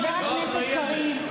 שר האוצר לא אחראי לזה.